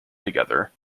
together